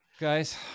Guys